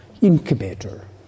incubator